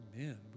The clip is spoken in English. Amen